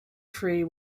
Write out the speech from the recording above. free